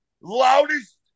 loudest